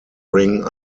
ring